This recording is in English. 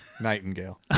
Nightingale